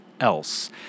else